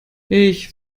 ich